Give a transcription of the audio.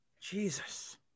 Jesus